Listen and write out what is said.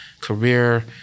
career